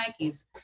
nikes